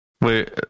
Wait